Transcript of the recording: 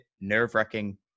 nerve-wracking